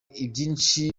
ibyinshi